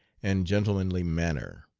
and gentlemanly manner.